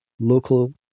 local